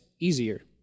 easier